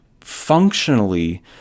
functionally